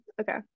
Okay